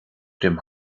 dem